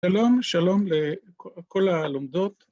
‫שלום, שלום לכל הלומדות.